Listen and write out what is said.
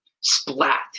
Splat